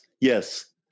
Yes